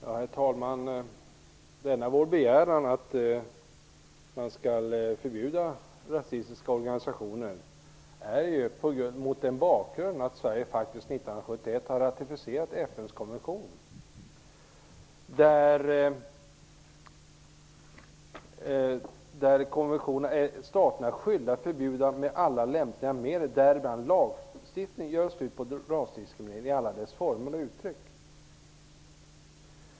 Herr talman! Vår begäran att man skall förbjuda rasistiska organisationer görs ju mot den bakgrunden att Sverige faktiskt 1971 ratificerade den FN-konvention där det sägs att staterna är skyldiga att med alla lämpliga medel, däribland lagstiftning, göra slut på rasdiskriminering i alla dess former och uttryck.